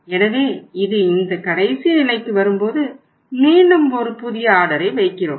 எனவே இது இந்த கடைசி நிலைக்கு வரும்போது மீண்டும் ஒரு புதிய ஆர்டரை வைக்கிறோம்